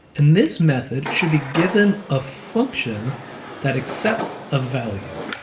and this method should be given a function that accepts of value.